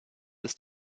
ist